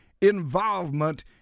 involvement